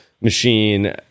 machine